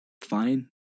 fine